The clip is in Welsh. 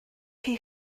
chi